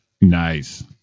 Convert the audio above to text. Nice